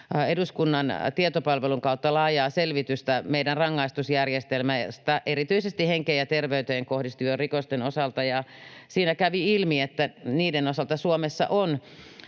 eduskunnan tietopalvelun kautta laajaa selvitystä meidän rangaistusjärjestelmästä erityisesti henkeen ja terveyteen kohdistuvien rikosten osalta, ja siinä kävi ilmi, että niiden osalta Suomessa on